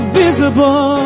visible